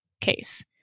case